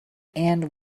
and